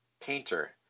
painter